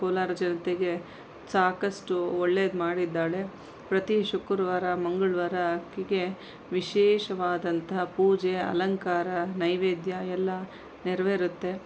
ಕೋಲಾರ ಜನತೆಗೆ ಸಾಕಷ್ಟು ಒಳ್ಳೆದು ಮಾಡಿದ್ದಾಳೆ ಪ್ರತಿ ಶುಕ್ರುವಾರ ಮಂಗಳವಾರ ಆಕೆಗೆ ವಿಶೇಷವಾದಂತಹ ಪೂಜೆ ಅಲಂಕಾರ ನೈವೇದ್ಯ ಎಲ್ಲ ನೇರವೇರುತ್ತೆ